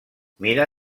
mira